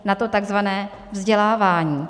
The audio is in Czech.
Na to takzvané vzdělávání.